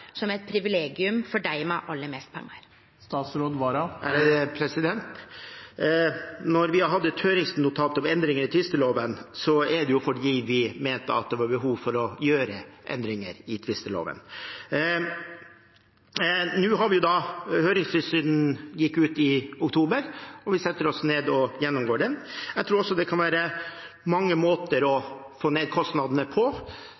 laget et høringsnotat om endringer i tvisteloven, er det fordi vi mente at det var behov for å gjøre endringer i tvisteloven. Høringsfristen gikk ut i oktober, og vi setter oss ned for å gjennomgå dette. Jeg tror det kan være mange måter å få ned kostnadene på.